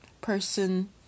person